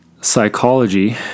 psychology